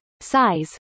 size